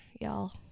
y'all